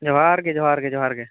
ᱡᱚᱦᱟᱨᱜᱮ ᱡᱚᱦᱟᱨᱜᱮ ᱡᱚᱦᱟᱨᱜᱮ